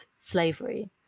slavery